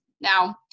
now